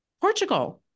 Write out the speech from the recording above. Portugal